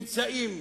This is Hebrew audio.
אמצעים,